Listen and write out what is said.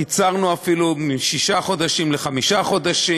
קיצרנו אפילו משישה חודשים לחמישה חודשים,